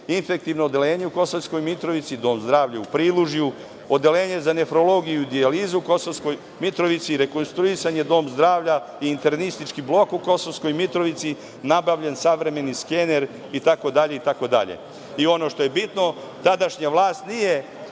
Infektivno odeljenje u Kosovskom Mitrovici, Dom zdravlja u Prilužju, Odeljenje za nefrologiju i dijalizu u Kosovskoj Mitrovici i rekonstruisan je Dom zdravlja i Internistički blok u Kosovskoj Mitrovici, nabavljen savremeni skener itd..